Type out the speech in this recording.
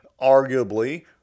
arguably